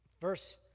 Verse